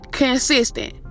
Consistent